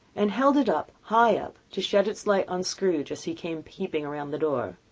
and held it up, high up, to shed its light on scrooge, as he came peeping round the door.